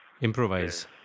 improvise